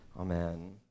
Amen